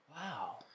Wow